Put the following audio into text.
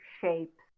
shapes